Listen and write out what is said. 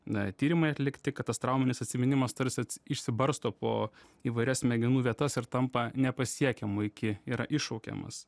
na tyrimai atlikti kad tas trauminis atsiminimas tarsi atsi išsibarsto po įvairias smegenų vietas ir tampa nepasiekiamu iki yra iššaukiamas